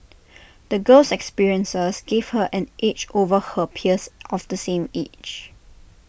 the girl's experiences gave her an edge over her peers of the same age